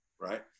right